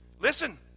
Listen